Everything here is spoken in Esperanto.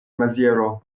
maziero